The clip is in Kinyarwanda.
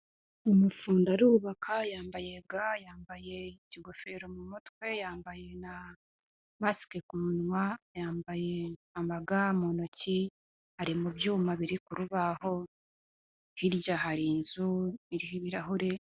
Umufundi arubaka yambaye ga, yambaye ingofero mu mutwe, yambaye na masike ku munwa, yambaye amaga mu ntoki ari mu byuma biri ku rubaho, hirya hari inzu iriho ibirahure.